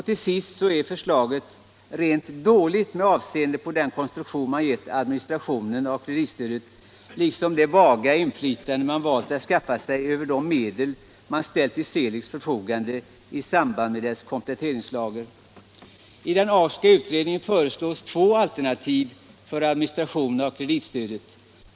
Till sist är förslaget rent dåligt med avseende på den konstruktion man gett administrationen av kreditstödet, liksom i det vaga inflytande man valt att skaffa sig över de medel man ställt till Seeligs förfogande i samband I den Agska utredningen föreslås två alternativ för administration av kreditstödet.